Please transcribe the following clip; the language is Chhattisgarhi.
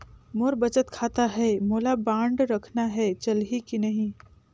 मोर बचत खाता है मोला बांड रखना है चलही की नहीं?